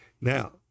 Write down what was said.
Now